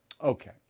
Okay